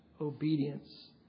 obedience